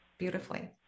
beautifully